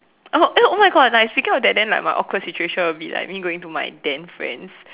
oh eh oh my God like speaking about that then like my awkward situation will be like me going to my Dan friend's